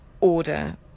order